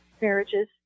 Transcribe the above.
marriages